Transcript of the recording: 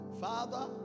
Father